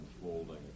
unfolding